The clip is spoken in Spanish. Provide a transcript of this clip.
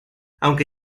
aunque